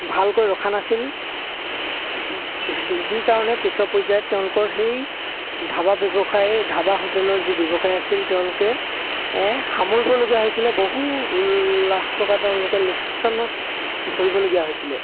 ভালকৈ ৰখা নাছিল যি কাৰণে পিছৰ পৰ্যায়ত তেওঁলোকৰ সেই ধাবা ব্যৱসায় ধাবা হোটেলৰ যি ব্যৱসায় আছিল তেওঁলোকে সামৰিবলগীয়া হৈছিলে বহু লাখ টকা তেওঁলোকে লোকচান ভৰিবলগীয়া হৈছিলে